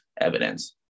evidence